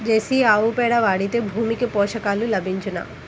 Jersey ఆవు పేడ వాడితే భూమికి పోషకాలు లభించునా?